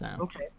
Okay